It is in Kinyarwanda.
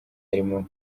harimo